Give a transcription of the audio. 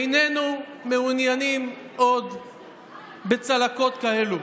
איננו מעוניינים עוד בצלקות כאלו,